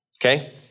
Okay